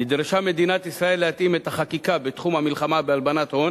נדרשה מדינת ישראל להתאים את החקיקה בתחום המלחמה בהלבנת הון